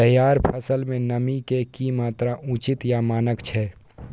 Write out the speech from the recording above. तैयार फसल में नमी के की मात्रा उचित या मानक छै?